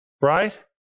Right